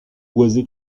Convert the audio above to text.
boisé